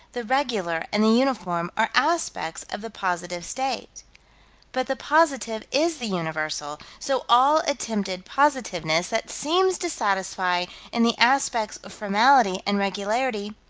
the regular and the uniform are aspects of the positive state but the positive is the universal so all attempted positiveness that seems to satisfy in the aspects of formality and regularity,